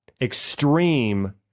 extreme